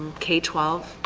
k twelve,